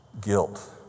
guilt